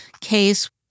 case